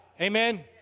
Amen